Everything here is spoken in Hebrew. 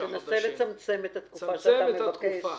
נסה לצמצם את התקופה שאתה מבקש.